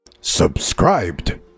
Subscribed